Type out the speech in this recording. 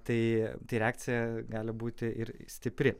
tai tai reakcija gali būti ir stipri